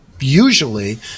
usually